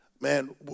Man